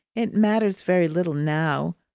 it matters very little now.